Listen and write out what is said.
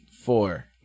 four